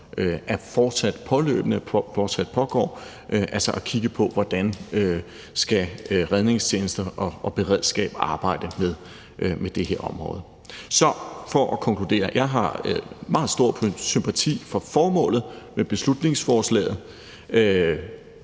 er som sagt et arbejde, som fortsat pågår, hvor man kigger på, hvordan redningstjenester og beredskab skal arbejde med det her område. For at konkludere vil jeg sige, at jeg har meget stor sympati for formålet med beslutningsforslaget